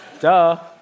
duh